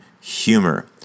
humor